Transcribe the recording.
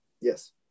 Yes